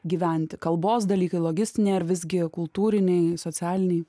gyventi kalbos dalykai logistiniai ar visgi kultūriniai socialiniai